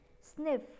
sniff